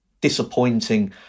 disappointing